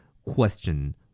Question